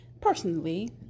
personally